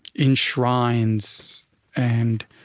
enshrines and,